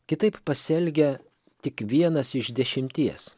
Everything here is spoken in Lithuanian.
kitaip pasielgia tik vienas iš dešimties